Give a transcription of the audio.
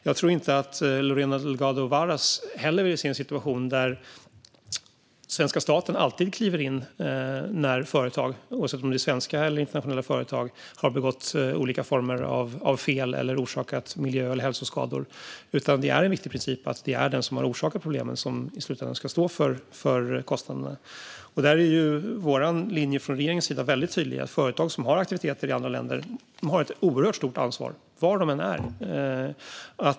Jag tror inte att Lorena Delgado Varas vill se en situation där svenska staten alltid kliver in när företag, oavsett om de är svenska eller internationella, har begått olika former av fel eller orsakat miljö eller hälsoskador. Det är en viktig princip att det är den som har orsakat problemen som i slutändan ska stå för kostnaderna. Från regeringens sida är linjen väldigt tydlig: Företag som har aktiviteter i andra länder har ett oerhört stort ansvar, var de än är.